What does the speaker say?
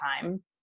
time